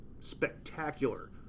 Spectacular